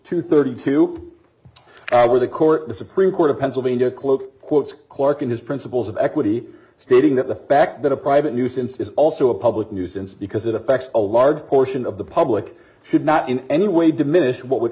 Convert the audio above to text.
and thirty two where the court the supreme court of pennsylvania cloke quotes clark in his principles of equity stating that the fact that a private nuisance is also a public nuisance because it affects a large portion of the public should not in any way diminish what would